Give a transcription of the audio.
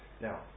Now